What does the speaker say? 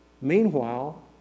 meanwhile